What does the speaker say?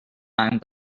mind